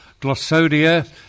Glossodia